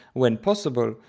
when possible,